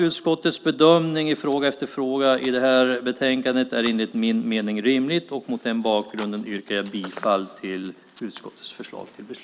Utskottets bedömningar i fråga efter fråga i det här betänkandet är enligt min mening rimliga. Mot den bakgrunden yrkar jag bifall till utskottets förslag till beslut.